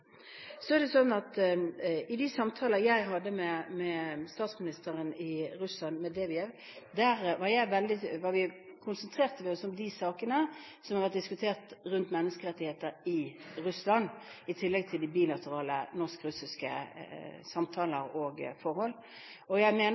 I de samtaler jeg hadde med statsministeren i Russland, Medvedev, konsentrerte vi oss om de sakene som har vært diskutert rundt menneskerettigheter i Russland, i tillegg til bilaterale norsk-russiske samtaler og forhold. Jeg mener